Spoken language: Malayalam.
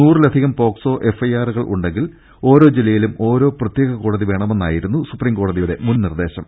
നൂറിലധികം പോക്സോ എഫ്ഐആറുകൾ ഉണ്ടെങ്കിൽ ഓരോ ജില്ലയിലും ഓരോ പ്രത്യേക കോടതി വേണമെന്നായിരുന്നു സുപ്രീം കോടതിയുടെ മുൻ നിർദ്ദേശം